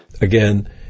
Again